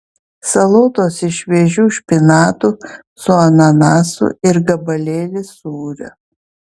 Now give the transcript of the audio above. salotos iš šviežių špinatų su ananasu ir gabalėlis sūrio